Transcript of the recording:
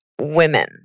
women